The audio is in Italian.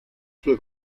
sua